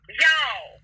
Y'all